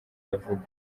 yavuga